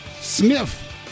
Sniff